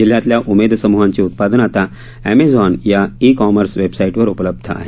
जिल्हातल्या उमेद समुहांची उत्पादनं आता एमेझान या ई कॉमर्स वेबसाईटवर उपलब्ध आहेत